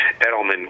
Edelman